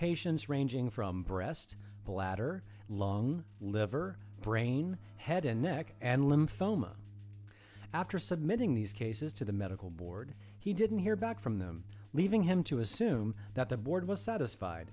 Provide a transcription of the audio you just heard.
patients ranging from breast bladder long liver brain head and neck and lymphoma after submitting these cases to the medical board he didn't hear back from them leaving him to assume that the board was satisfied